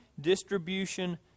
distribution